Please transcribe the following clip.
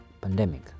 pandemic